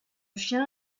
chien